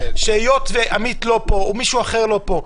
שהיות שעמית לא פה או מישהו אחר לא פה,